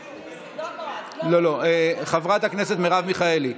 לא, לא, חברת הכנסת מרב מיכאלי,